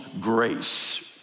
grace